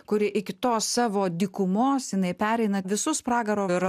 kuri iki to savo dykumos jinai pereina visus pragaro ra